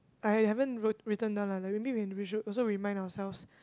I haven't wrote written down lah maybe when we should also remind ourselves